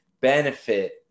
benefit